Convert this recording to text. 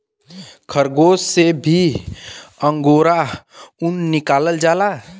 खरगोस से भी अंगोरा ऊन निकालल जाला